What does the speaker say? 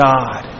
God